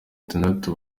itandatu